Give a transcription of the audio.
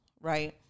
right